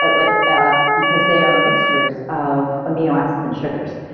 ah like ah because they are mixtures of amino acids and sugars.